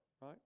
Right